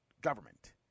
government